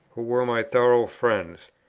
who were my thorough friends,